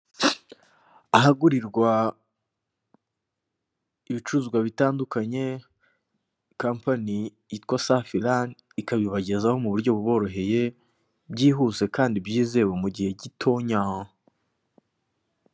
Ahagurirwa ibicuruza bitandukanye, kampani yitwa Safi Rani ikabibagezaho mu buryo buboroheye, byihuse kandi byizewe, mu gihe gitonya.